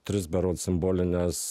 tris berods simbolines